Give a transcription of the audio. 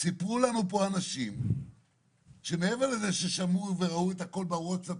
סיפרו לנו פה אנשים שמעבר לזה ששמעו וראו את הכל בווטסאפ,